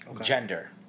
gender